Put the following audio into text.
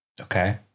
Okay